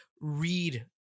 read